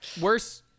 Worse